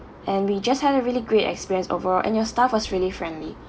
and we just had a really great experience overall and your staff was really friendly